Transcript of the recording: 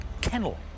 kennel